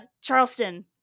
Charleston